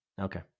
Okay